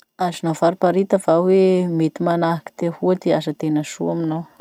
Azonao fariparita va hoe mety manahaky ty ahoa ty asa tena soa aminao?